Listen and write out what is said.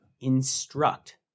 instruct